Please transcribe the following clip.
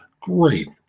Great